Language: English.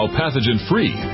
pathogen-free